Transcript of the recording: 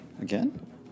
Again